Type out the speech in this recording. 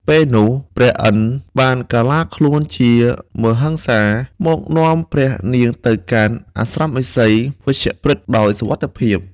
ពេលនោះព្រះឥន្ទ្របានកាឡាខ្លួនជាមហិង្សាមកនាំព្រះនាងទៅកាន់អាស្រមឥសី «វជ្ជប្រិត» ដោយសុវត្ថិភាព។